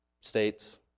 states